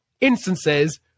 instances